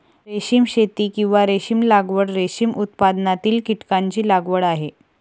रेशीम शेती, किंवा रेशीम लागवड, रेशीम उत्पादनातील कीटकांची लागवड आहे